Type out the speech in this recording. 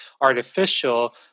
artificial